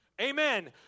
Amen